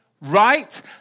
Right